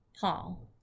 Paul